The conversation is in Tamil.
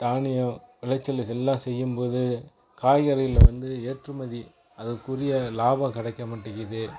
தானியம் விளைச்சல் இது எல்லா செய்யும் போது காய்கறியில் இருந்து ஏற்றுமதி அதற்க்குரிய லாபம் கிடைக்க மாட்டிக்குது